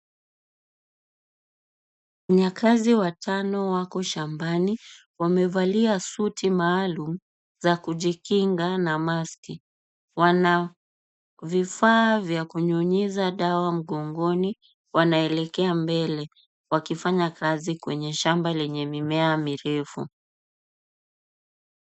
Wafanyakazi watano wako shambani, wamevalia suti maalum za kujikinga na maski , wana vifaa vya kunyunyiza dawa mgongoni, wanaelekea mbele wakifanya kazi kwenye shamba lenye mimea mirefu.